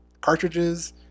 cartridges